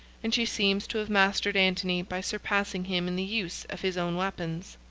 and she seems to have mastered antony by surpassing him in the use of his own weapons.